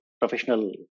professional